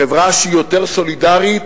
חברה שהיא יותר סולידרית